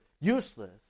useless